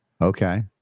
Okay